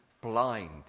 blind